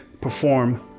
perform